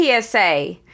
PSA